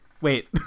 Wait